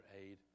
aid